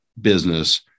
business